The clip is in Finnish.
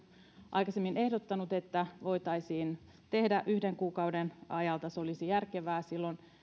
aikaisemmin ehdottanut että voitaisiin tehdä näin yhden kuukauden ajalta se olisi ollut järkevää silloin